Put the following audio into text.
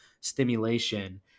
stimulation